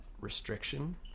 restriction